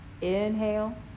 Inhale